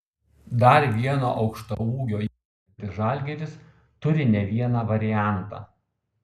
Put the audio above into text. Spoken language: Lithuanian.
dar vieno aukštaūgio ieškantis žalgiris turi ne vieną variantą